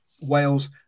Wales